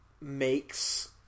makes